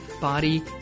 body